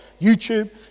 YouTube